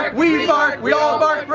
like we bark, we all bark